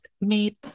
made